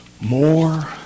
more